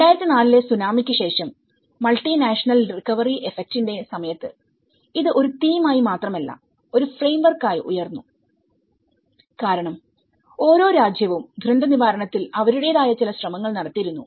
2004ലെ സുനാമിക്ക് ശേഷംമൾട്ടിനാഷണൽ റിക്കവറി ഇഫക്റ്റിന്റെ സമയത്ത് ഇത് ഒരു തീം ആയി മാത്രമല്ല ഒരു ഫ്രെയിംവർക്ക് ആയി ഉയർന്നു കാരണം ഓരോ രാജ്യവും ദുരന്തനിവാരണത്തിൽ അവരുടേതായ ചില ശ്രമങ്ങൾ നടത്തിയിരുന്നു